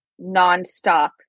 nonstop